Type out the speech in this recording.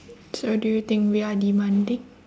so do you think we are demanding